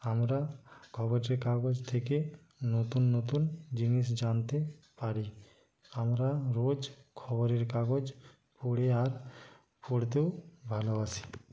আমরা খবরের কাগজ থেকে নতুন নতুন জিনিস জানতে পারি আমরা রোজ খবরের কাগজ পড়ি আর পড়তেও ভালোবাসি